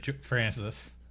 Francis